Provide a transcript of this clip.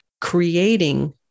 creating